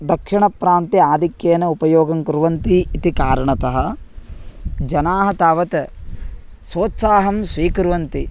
दक्षिणप्रान्ते आधिक्येन उपयोगं कुर्वन्ति इति कारणतः जनाः तावत् सोत्साहं स्वीकुर्वन्ति